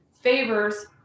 favors